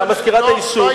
ומזכירת היישוב.